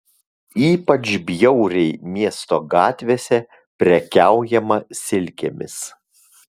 ypač bjauriai miesto gatvėse prekiaujama silkėmis